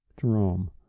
Jerome